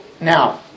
now